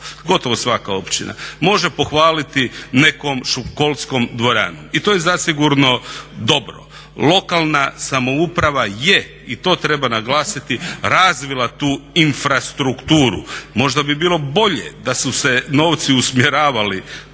gotovo svaka općina može pohvaliti nekom školskom dvoranom i to je zasigurno dobro. Lokalna samouprava je i to treba naglasiti, razvila tu infrastrukturu. Možda bi bilo bolje da su se novci usmjeravali,